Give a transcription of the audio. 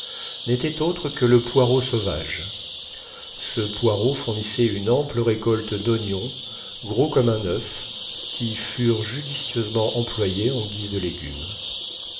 n'était autre que le poireau sauvage ce poireau fournissait une ample récolte d'oignons gros comme un oeuf qui furent judicieusement employés en guise de légumes